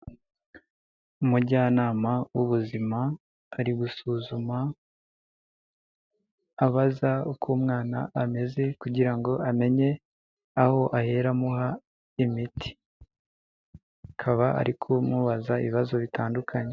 Umujyanama w'ubuzima ari gusuzuma abaza uko umwana ameze kugira ngo amenye aho ahera amuha imiti. Akaba ari kumubaza ibibazo bitandukanye.